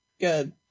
Good